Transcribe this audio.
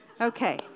Okay